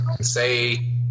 Say